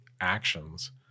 actions